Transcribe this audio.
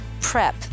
PREP